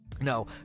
No